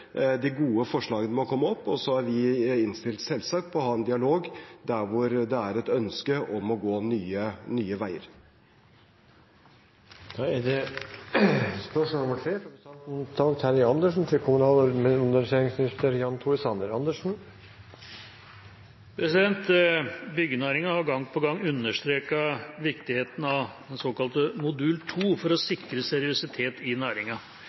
De gode forslagene må komme opp, og så er vi selvsagt innstilt på å ha en dialog der det er et ønske om å gå nye veier. «Byggenæringen har gang på gang understreket viktigheten av Modul 2 for å sikre seriøsitet i næringa.